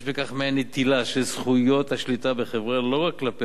יש בכך מעין נטילה של זכויות השליטה בחברה לא רק כלפי